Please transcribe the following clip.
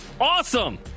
Awesome